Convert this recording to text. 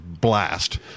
blast